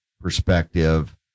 perspective